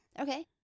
Okay